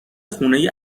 خونه